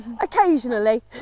Occasionally